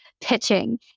pitching